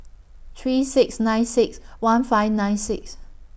three six nine six one five nine six